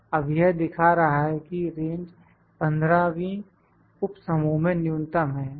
अब यह दिखा रहा है कि रेंज 15 वीं उप समूह में न्यूनतम है